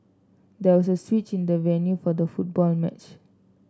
there was a switch in the venue for the football match